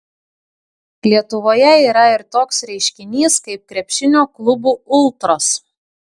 lietuvoje yra ir toks reiškinys kaip krepšinio klubų ultros